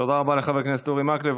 תודה רבה לחבר הכנסת אורי מקלב.